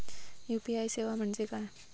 UPI सेवा म्हणजे काय?